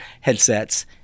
headsets